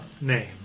name